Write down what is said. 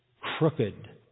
crooked